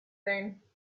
soon